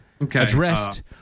addressed